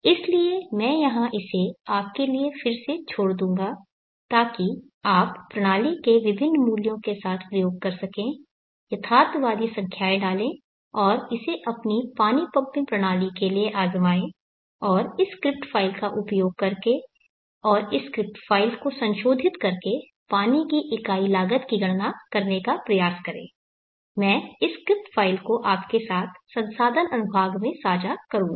इसलिए मैं यहां इसे आपके लिए फिर से छोड़ दूंगा ताकि आप प्रणाली के विभिन्न मूल्यों के साथ प्रयोग कर सकें यथार्थवादी संख्याएं डालें और इसे अपने पानी पंपिंग प्रणाली के लिए आज़माएं और इस स्क्रिप्ट फ़ाइल का उपयोग करके और इस स्क्रिप्ट फ़ाइल को संशोधित करके पानी की इकाई लागत की गणना करने का प्रयास करें मैं इस स्क्रिप्ट फ़ाइल को आपके साथ संसाधन अनुभाग में साझा करूँगा